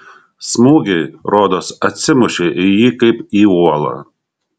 smūgiai rodos atsimušė į jį kaip į uolą